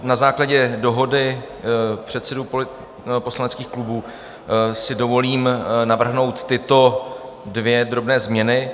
Na základě dohody předsedů poslaneckých klubů si dovolím navrhnout tyto dvě drobné změny.